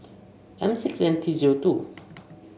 M six N T zero two